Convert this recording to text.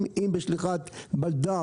אם בשליחת בלדר